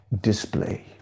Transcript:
display